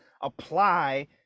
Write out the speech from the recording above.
apply